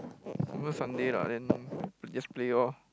confirm Sunday lah then just play orh